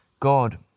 God